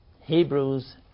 Hebrews